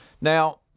Now